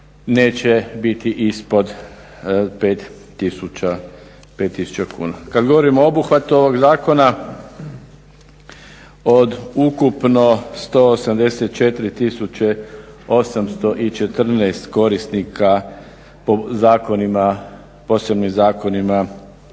neće biti ispod 5000 kuna. Kad govorimo o obuhvatu ovog zakona od ukupno 184 814 korisnika po zakonima,